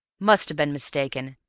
must have been mistaken.